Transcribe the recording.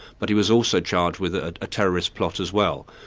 but he was also charged with a terrorist plot as well.